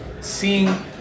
seeing